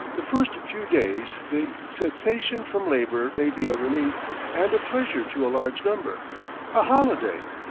the first few days, the cessation from labor may be a relief and a pleasure to a large number a holiday,